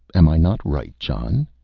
am i not right, john?